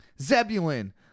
Zebulun